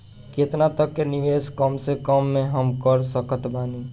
केतना तक के निवेश कम से कम मे हम कर सकत बानी?